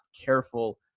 careful